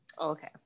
Okay